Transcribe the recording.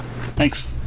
Thanks